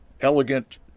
elegant